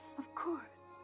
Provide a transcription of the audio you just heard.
of course.